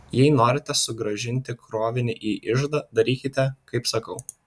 jei norite sugrąžinti krovinį į iždą darykite kaip sakau